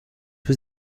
was